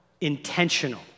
intentional